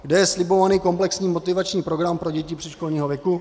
Kde je slibovaný komplexní motivační program pro děti předškolního věku?